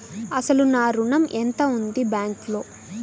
అసలు నా ఋణం ఎంతవుంది బ్యాంక్లో?